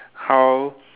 how